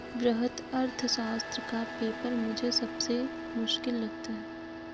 वृहत अर्थशास्त्र का पेपर मुझे सबसे मुश्किल लगता है